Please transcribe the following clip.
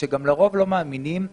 ושלרוב לא מאמינים שהמסגרת,